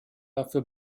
dafür